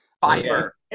Fiber